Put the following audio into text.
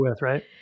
Right